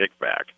kickback